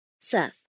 Seth